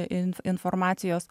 in informacijos